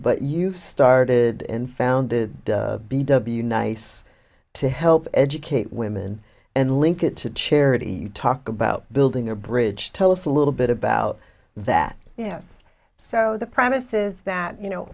but you've started in found the b w nice to help educate women and link it to charity you talk about building your bridge tell us a little bit about that yes so the premise is that you know